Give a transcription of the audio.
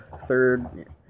third